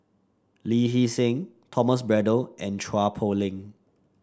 Lee Hee Seng Thomas Braddell and Chua Poh Leng